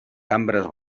cambres